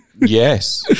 yes